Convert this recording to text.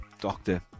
Doctor